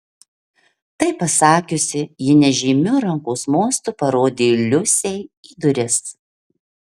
tai pasakiusi ji nežymiu rankos mostu parodė liusei į duris